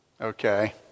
Okay